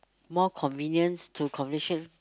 more convenience to